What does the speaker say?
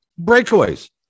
Breakaways